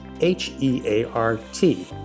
H-E-A-R-T